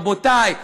רבותיי,